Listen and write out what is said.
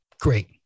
great